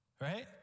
Right